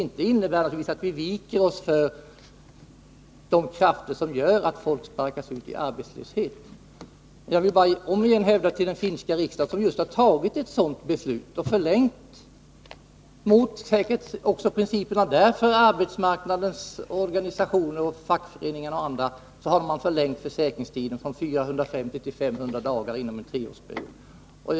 Det innebär inte att man viker sig för de krafter som gör att folk sparkas ut i arbetslöshet. Jag vill åter hänvisa till den finska riksdagen, som just har tagit ett sådant beslut och förlängt försäkringstiden — säkert emot principerna för arbetsmarknadens organisationer, fackföreningar och andra — från 450 till 500 dagar inom en treårsperiod.